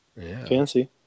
Fancy